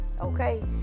Okay